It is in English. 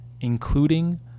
including